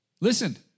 Listen